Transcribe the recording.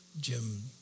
Jim